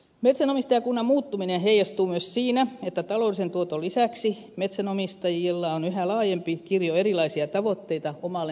metsänomistajakunnan muuttuminen heijastuu myös siinä että taloudellisen tuoton lisäksi metsänomistajilla on yhä laajempi kirjo erilaisia tavoitteita omalle metsätaloudelleen